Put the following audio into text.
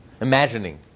imagining